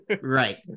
Right